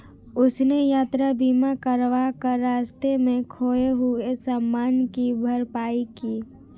उसने यात्रा बीमा करवा कर रास्ते में खोए हुए सामान की भरपाई की